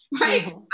right